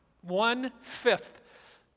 One-fifth